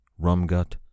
Rumgut